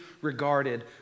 regarded